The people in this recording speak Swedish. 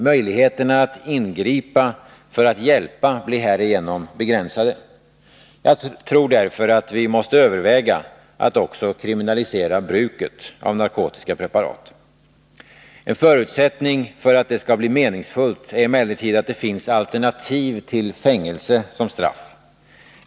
Möjligheterna att ingripa för att hjälpa blir härigenom begränsade. Jag tror därför, att vi måste överväga att också kriminalisera bruket av narkotiska preparat. En förutsättning för att det skall bli meningsfullt är att det finns alternativ till fängelse som straff.